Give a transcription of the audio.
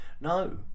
No